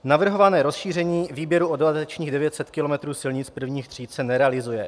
Navrhované rozšíření výběru o 900 kilometrů silnic prvních tříd se nerealizuje.